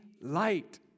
light